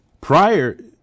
Prior